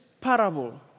parable